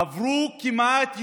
עברו כמעט יישוב-יישוב,